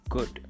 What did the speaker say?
Good